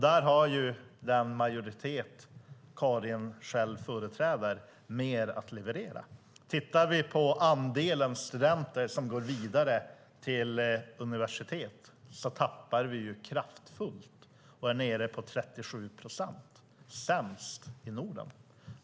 Där har den majoritet som Karin själv företräder mer att leverera. Tittar vi på andelen studenter som går vidare till universitet ser vi att vi tappar kraftfullt och är nere på 37 procent - sämst i Norden.